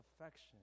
affection